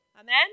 Amen